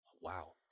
Wow